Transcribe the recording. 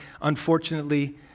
unfortunately